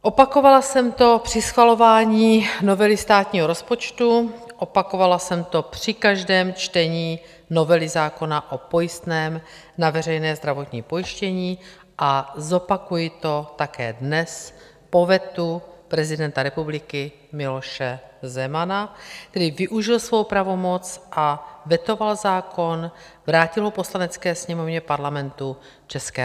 Opakovala jsem to při schvalování novely státního rozpočtu, opakovala jsem to při každém čtení novely zákona o pojistném na veřejné zdravotní pojištění a zopakuji to také dnes po vetu prezidenta republiky Miloše Zemana, který využil svou pravomoc a vetoval zákon, vrátil ho Poslanecké sněmovně Parlamentu ČR.